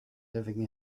living